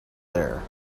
there